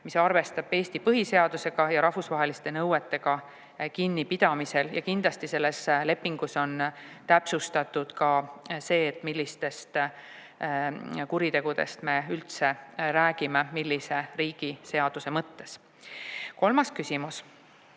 mis arvestab Eesti põhiseadusega ja rahvusvaheliste nõuetega kinnipidamise kohta. Ja kindlasti selles lepingus on täpsustatud ka see, millistest kuritegudest me üldse räägime, millise riigi seaduse mõttes. Kolmas küsimus: